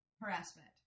harassment